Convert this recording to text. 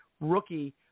rookie